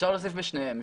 להוסיף בשניהם.